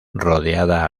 rodeada